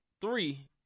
three